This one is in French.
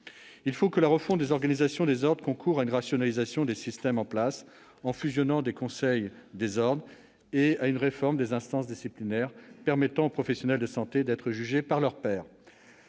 Il faut que la refonte des organisations des ordres concoure à une rationalisation des systèmes en place, en fusionnant des conseils des ordres, et à une réforme des instances disciplinaires, permettant aux professionnels de santé d'être jugés par leurs pairs.